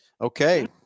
Okay